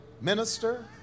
minister